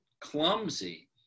clumsy